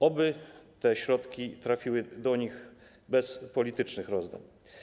Oby te środki trafiły do nich bez politycznych rozdań.